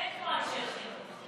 אין כמו אנשי חינוך.